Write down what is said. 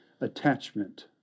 Attachment